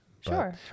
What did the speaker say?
Sure